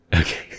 Okay